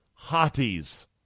hotties